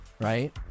Right